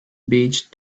beach